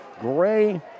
Gray